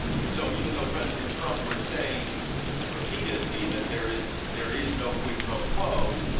and so even though president trump was saying repeatedly, that there is there is no quid pro quo,